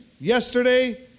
yesterday